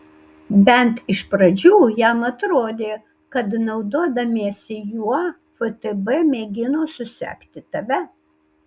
bent iš pradžių jam atrodė kad naudodamiesi juo ftb mėgino susekti tave